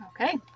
Okay